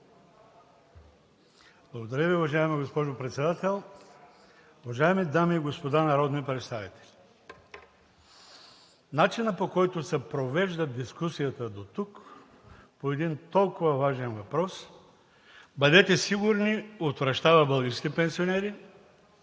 Благодаря Ви, уважаема госпожо Председател. Уважаеми дами и господа народни представители! Начинът, по който се провежда дискусията дотук по един толкова важен въпрос, бъдете сигурни, отвращава българските пенсионери.